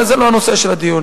וזה לא הנושא של הדיון.